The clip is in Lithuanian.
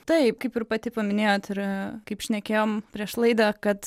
taip kaip ir pati paminėjot ir kaip šnekėjom prieš laidą kad